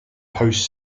post